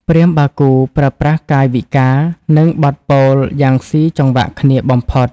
ព្រាហ្មណ៍បាគូប្រើប្រាស់កាយវិការ និងបទពោលយ៉ាងស៊ីចង្វាក់គ្នាបំផុត។